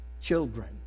children